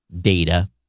data